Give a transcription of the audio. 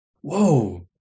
Whoa